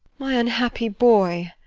my unhappy boy!